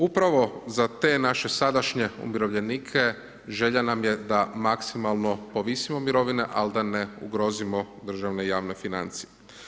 Upravo za te naše sadašnje umirovljenike, želja nam je da maksimalno povisimo mirovine, ali da ne ugrozimo državne javne financije.